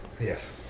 Yes